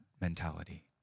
mentality